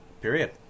Period